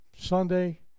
Sunday